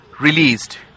released